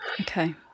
Okay